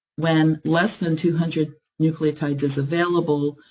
when less than two hundred nucleotides is available,